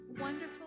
Wonderful